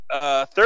third